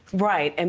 right. and